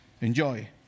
Enjoy